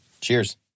Cheers